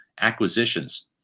acquisitions